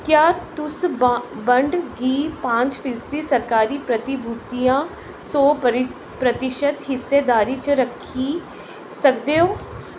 क्या तुस बंड गी पांच फीसदी सराकारी प्रतिभूतिया सौ परी प्रतिशत हिस्सेदारी च रक्खी सकदे ओ